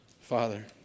Father